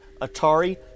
Atari